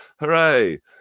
hooray